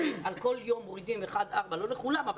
על כל יום מורידים 1-4. לא לכולם אבל